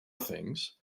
things